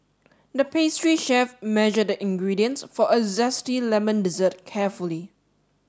the pastry chef measured the ingredients for a zesty lemon dessert carefully